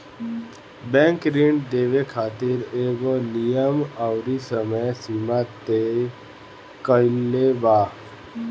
bank ऋण देवे खातिर एगो नियम अउरी समय सीमा तय कईले बा